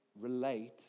relate